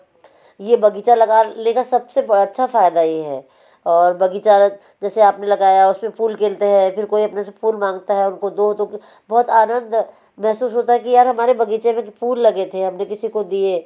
यह बगीचा लगा लेगा सबसे बड़ा अच्छा फ़ायदा यह है और बगीचा जैसे आपने लगाया उसमें फूल खिलते हैं फिर कोई अपने से फूल मांगता है उनको दो तो बहुत आनंद महसूस होता है कि यार हमारे बगीचे में तो फूल लगे थे हमने किसी को दिए